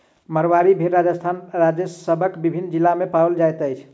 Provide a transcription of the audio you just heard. मारवाड़ी भेड़ राजस्थान राज्यक विभिन्न जिला मे पाओल जाइत अछि